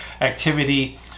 activity